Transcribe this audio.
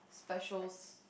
specials